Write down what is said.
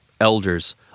elders